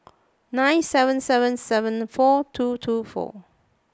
nine seven seven seven four two two four